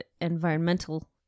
environmental